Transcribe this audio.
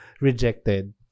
rejected